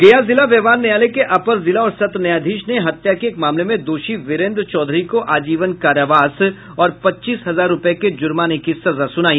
गया जिला व्यवहार न्यायालय के अपर जिला और सत्र न्यायाधीश ने हत्या के एक मामले में दोषी वीरेंद्र चौधरी को आजीवन कारावास और पच्चीस हजार रुपए को जूर्माने की सजा सुनाई